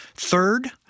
Third